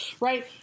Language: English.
Right